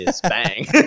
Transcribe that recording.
Bang